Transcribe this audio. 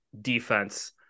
defense